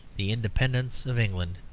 the independence of england,